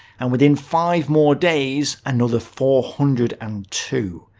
and within five more days, another four hundred and two.